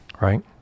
right